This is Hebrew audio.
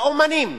לאמנים,